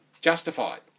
justified